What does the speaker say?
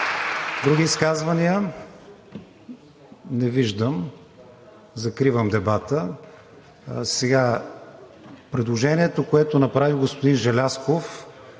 Други изказвания? Не виждам. Закривам дебата. Предложението, което направи господин Желязков,